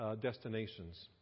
destinations